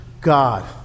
God